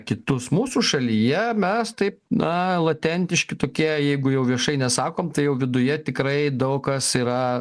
kitus mūsų šalyje mes taip na latentiški kokie jeigu jau viešai nesakom tai jau viduje tikrai daug kas yra